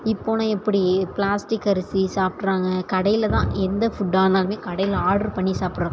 இப்போன்னால் எப்படி பிளாஸ்டிக் அரிசி சாப்பிடுறாங்க கடைலதான் எந்த ஃபுட் ஆனாலுமே கடையில ஆடர் பண்ணி சாப்பிட்ற